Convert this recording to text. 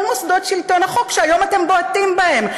אלה כל מוסדות שלטון החוק שהיום אתם בועטים בהם.